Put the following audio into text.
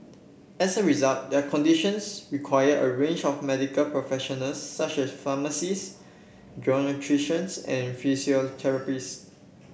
as a result their conditions require a range of medical professionals such as pharmacists geriatricians and physiotherapists